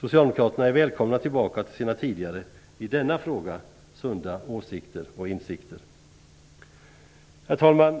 Socialdemokraterna är välkomna tillbaka till sina tidigare - i denna fråga - sunda åsikter och insikter. Herr talman!